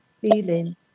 feeling